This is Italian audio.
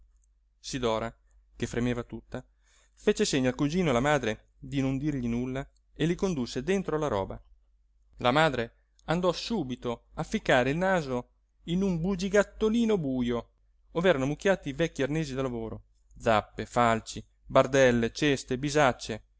a salutare sidora che fremeva tutta fece segno al cugino e alla madre di non dirgli nulla e li condusse dentro la roba la madre andò subito a ficcare il naso in un bugigattolino bujo ov'erano ammucchiati vecchi arnesi da lavoro zappe falci bardelle ceste bisacce